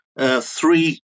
three